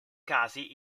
casi